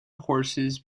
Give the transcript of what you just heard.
horses